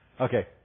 Okay